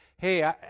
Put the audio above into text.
Hey